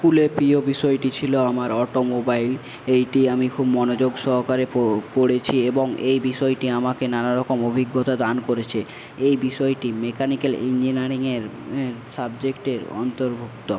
স্কুলে প্রিয় বিষয়টি ছিলো আমার অটোমোবাইল এইটি আমি খুব মনোযোগ সহকারে পড়েছি এবং এই বিষয়টি আমাকে নানারকম অভিজ্ঞতা দান করেছে এই বিষয়টি মেকানিকাল ইঞ্জিনারিংয়ের সাবজেক্টের অন্তর্ভুক্ত